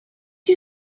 you